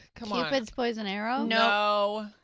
cupid's poison arrow? no.